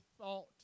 thought